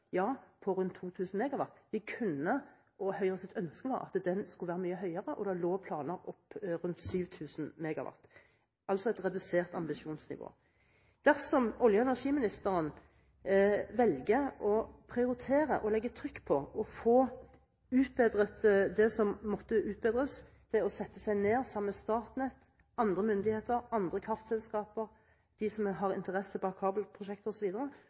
på rundt 2 000 MW. Høyres ønske var at den skulle være mye høyere, og det lå planer på rundt 7 000 MW. Det er altså et redusert ambisjonsnivå. Dersom olje- og energiministeren velger å legge trykk på å få utbedret det som må utbedres ved å sette seg ned sammen med Statnett, andre myndigheter, andre kraftselskaper og de som har interesser bak kabelprosjekter